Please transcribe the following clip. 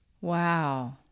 wow